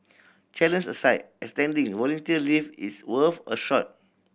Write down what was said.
challenge aside extending volunteer leave is worth a shot